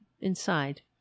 inside